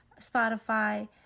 Spotify